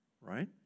right